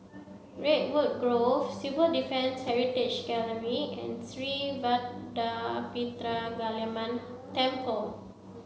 redwood Grove Civil Defence Heritage Gallery and Sri Vadapathira Kaliamman Temple